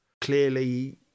Clearly